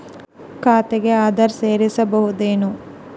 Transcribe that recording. ಖಾತೆಗೆ ಆಧಾರ್ ಸೇರಿಸಬಹುದೇನೂ?